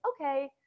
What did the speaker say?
okay